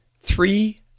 three